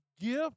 gift